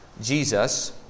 Jesus